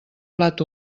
plat